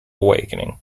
awakening